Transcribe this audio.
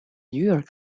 york